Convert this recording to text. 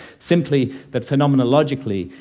simply that phenomenologically,